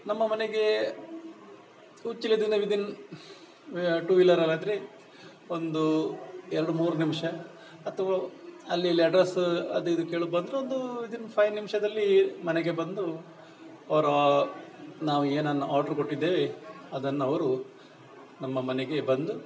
ನಮ್ಮ ಮನೆಗೆ ಉಚ್ಚಿಲದಿಂದ ವಿದ್ ಇನ್ ಟು ವೀಲರಲ್ಲಾದ್ರೆ ಒಂದು ಎರಡು ಮೂರು ನಿಮಿಷ ಅಥವಾ ಅಲ್ಲಿ ಇಲ್ಲಿ ಅಡ್ರೆಸ್ಸು ಅದು ಇದು ಕೇಳುತ್ತೆ ಬಂದರು ಒಂದು ವಿದ್ ಇನ್ ಫೈವ್ ನಿಮಿಷದಲ್ಲಿ ಮನೆಗೆ ಬಂದು ಅವರು ನಾವು ಏನನ್ನು ಆರ್ಡ್ರ್ ಕೊಟ್ಟಿದ್ದೇವೆ ಅದನ್ನವರು ನಮ್ಮ ಮನೆಗೆ ಬಂದು